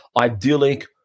idyllic